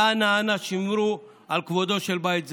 ואנא, אנא, שמרו על כבודו של בית זה.